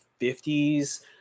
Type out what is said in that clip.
50s